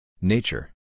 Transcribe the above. Nature